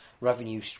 revenue